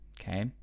Okay